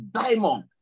diamond